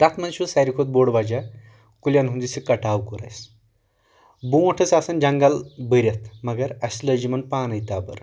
تتھ منٛز چھُ ساروٕے کھۄتہٕ بوٚڑ وجہ کُلٮ۪ن ہُنٛد یُس یہِ کٹاو کوٚر اسہِ برٛونٛٹھ ٲسۍ آسان جنگل بٔرِتھ مگر اسہِ لٲج یِمن پانے تبٕر